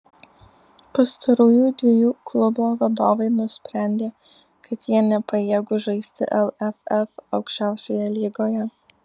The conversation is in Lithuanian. pastarųjų dviejų klubo vadovai nusprendė kad jie nepajėgūs žaisti lff aukščiausioje lygoje